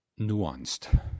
nuanced